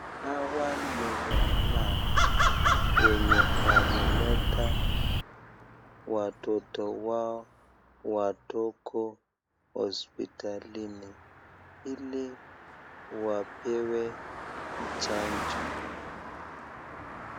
Hawa ni wamama wenye wameleta watoto wao watoko hospitalini hili wapewe chanjo.